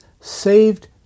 saved